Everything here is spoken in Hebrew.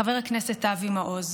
חבר הכנסת אבי מעוז,